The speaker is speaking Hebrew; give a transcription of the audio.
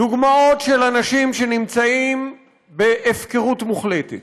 דוגמאות של אנשים שנמצאים בהפקרות מוחלטת,